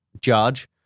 judge